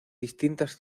distintas